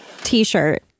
t-shirt